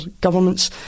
governments